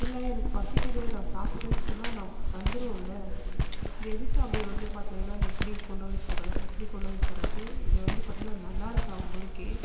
இல்லை எனக்கு பசிக்குது நான் சாப்பிட்றேன்னு சொன்னால் நாங்கள் தந்துடுவோம்ல அது எதுக்கு அப்படி வந்து பார்த்திங்கனா இப்படி கொண்டு வந்து தர இப்படி கொண்டு வந்து தர்றது இது வந்து பார்த்திங்கனா நல்லாயிருக்கா உங்களுக்கே